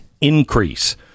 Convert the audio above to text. increase